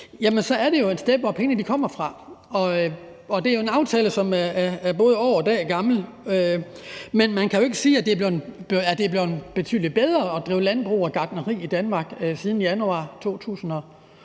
osv., så kommer pengene et sted fra. Det er jo en aftale, som er både år og dag gammel, men man kan jo ikke sige, at det er blevet betydelig bedre at drive landbrug og gartneri i Danmark siden januar 2022.